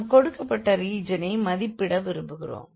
நாம் கொடுக்கப்பட்ட ரீஜனை மதிப்பிட விரும்புகிறோம்